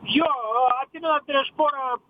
jo atsimenat prieš porą